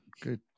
Good